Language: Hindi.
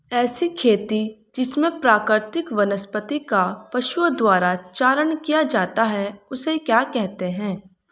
ऐसी खेती जिसमें प्राकृतिक वनस्पति का पशुओं द्वारा चारण किया जाता है उसे क्या कहते हैं?